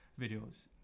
videos